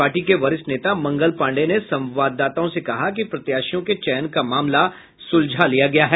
party के वरिष्ठ नेता मंगल पांडेय ने संवाददाताओं से कहा कि प्रत्याशियों के चयन का मामला सुलझा लिया गया है